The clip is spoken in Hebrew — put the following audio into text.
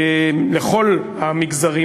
לכל המגזרים,